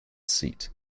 seat